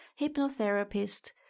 Hypnotherapist